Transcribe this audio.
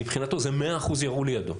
מבחינתו זה מאה אחוז ירו לידו,